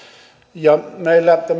ja meillä